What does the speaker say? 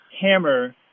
hammer